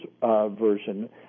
version